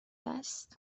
است